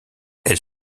elle